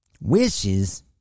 Wishes